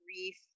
grief